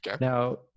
Now